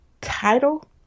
title